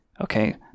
Okay